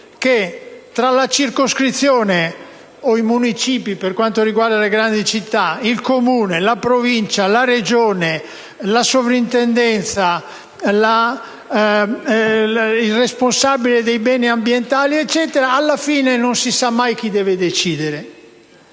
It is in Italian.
che, tra la circoscrizione (o i municipi, per quanto riguarda le grandi città), il Comune, la Provincia, la Regione, la soprintendenza e il responsabile dei beni ambientali, alla fine non si sa mai chi deve decidere.